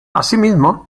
asimismo